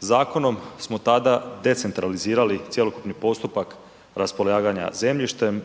Zakonom smo tada decentralizirali cjelokupni postupak raspolaganja zemljištem